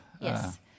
yes